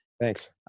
Thanks